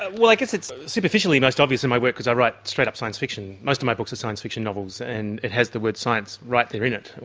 ah i guess it's superficially most obvious in my work because i write straight up science fiction, most of my books are science fiction novels, and it has the word science right there in it,